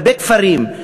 הרבה כפרים,